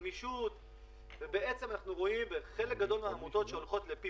הוקמה רח"ל רשות חירום לאומית שלא הופעלה,